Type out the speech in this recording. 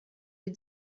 des